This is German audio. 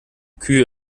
kühe